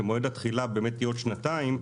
שמועד התחילה באמת יהיה עוד שנתיים,